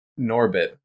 Norbit